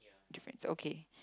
difference okay